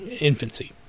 infancy